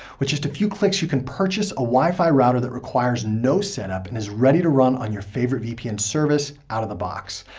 with just a few clicks you can purchase a wifi router that requires no setup and is ready to run on your favorite vpn service out of the box.